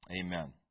Amen